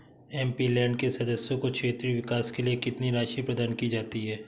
MP land के सदस्यों को क्षेत्रीय विकास के लिए कितनी राशि प्रदान की जाती है?